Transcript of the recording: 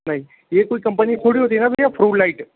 नहीं यह तो कंपनी थोड़ी होती है ना भैया फ्लू लाइट